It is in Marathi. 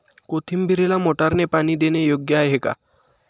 कोथिंबीरीला मोटारने पाणी देणे योग्य आहे का?